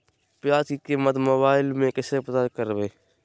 प्याज की कीमत मोबाइल में कैसे पता करबै?